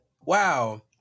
Wow